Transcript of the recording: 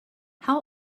how